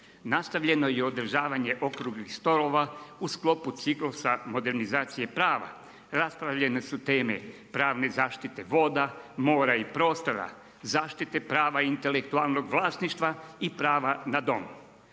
Nastavljeno je održavanje okruglih stolova u sklopu ciklusa modernizacije prava, raspravljene su teme pravne zaštite voda, mora i prostora, zaštite prava intelektualnog vlasništva i prava na dom.